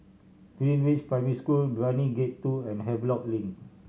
Greenridge Primary School Brani Gate Two and Havelock Link